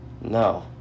no